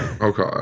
Okay